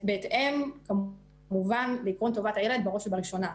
בהתאם כמובן לטובת הילד בראש ובראשונה.